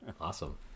Awesome